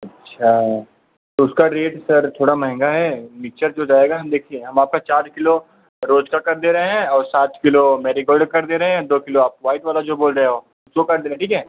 अच्छा तो उसका रेट सर थोड़ा महँगा है मिक्सचर जो जाएगा हम देखिए हम आपका चार किलो रोज़ का कर दे रहे हैं और सात किलो मैरीगोल्ड कर दे रहे हैं दो किलो आप वाइट वाला जो बोल रहे हो आप उसको कर दे रहे हैं ठीक है